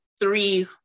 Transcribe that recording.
three